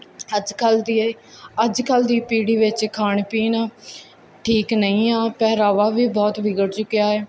ਅੱਜ ਕੱਲ ਦੀ ਅੱਜ ਕੱਲ ਦੀ ਪੀੜੀ ਵਿੱਚ ਖਾਣ ਪੀਣ ਠੀਕ ਨਹੀਂ ਆ ਪਹਿਰਾਵਾ ਵੀ ਬਹੁਤ ਵਿਗੜ ਚੁੱਕਿਆ ਐ